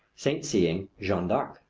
saint-seeing jeanne d'arc.